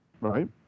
Right